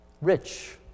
rich